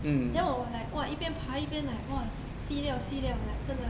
then 我 like !wah! 一边爬一边 like !wah! si liao si liao like 真的